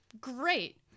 great